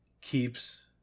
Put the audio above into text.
keeps